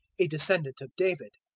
a descendant of david.